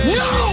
no